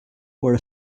were